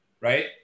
right